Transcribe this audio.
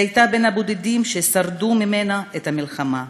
היא הייתה בין הבודדים ששרדו ממנו במלחמה.